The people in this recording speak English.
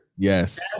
Yes